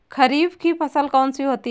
खरीफ की फसल कौन सी है?